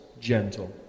gentle